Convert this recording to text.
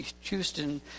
Houston